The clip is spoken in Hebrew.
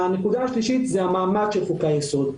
הנקודה השלישית זה המעמד של חוקי היסוד,